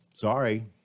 Sorry